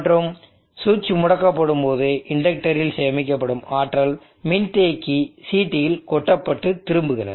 மற்றும் சுவிட்ச் முடக்கப்படும்போது இண்டக்டரில் சேமிக்கப்படும் ஆற்றல் மின்தேக்கி CTஇல் கொட்டப்பட்டு திரும்புகிறது